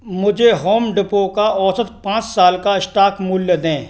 मुझे Home Depot का औसत पाँच साल का स्टॉक मूल्य दें